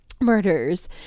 Murders